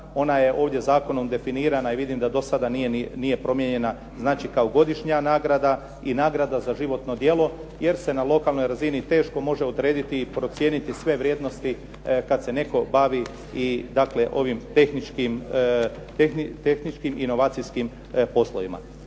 Ona je ovdje zakonom definirana i vidim da do sada nije promijenjena kao godišnja nagrada i nagrada za životno djelo jer se na lokalnoj razini teško može odrediti i procijeniti sve vrijednosti kad se netko bavi i ovim tehničkim inovacijskim poslovima.